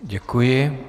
Děkuji.